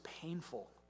painful